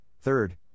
third